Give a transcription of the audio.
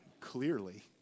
Clearly